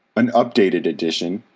an updated edition,